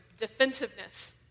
defensiveness